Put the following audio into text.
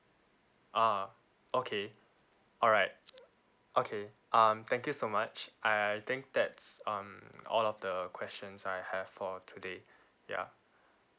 ah okay alright okay um thank you so much I I think that's um all of the questions I have for today ya